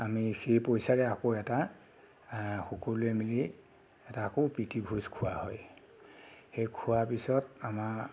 আমি সেই পইচাৰে আকৌ এটা সকলোৱে মিলি এটা আকৌ প্ৰীতি ভোজ খোৱা হয় সেই খোৱাৰ পিছত আমাৰ